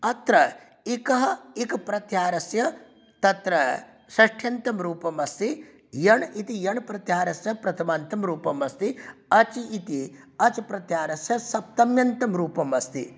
अत्र इकः इक् प्रत्याहारस्य तत्र षष्ठ्यन्तं रूपं अस्ति यण् इति यण् प्रत्याहारस्य प्रथमान्तं रूपं अस्ति अचि इति अच् प्रत्याहारस्य सप्तम्यन्तं रूपं अस्ति